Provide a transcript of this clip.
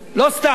לא סתם.